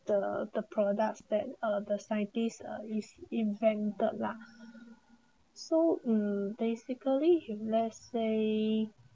the the products that uh the scientists uh is invented lah so um basically you if let's say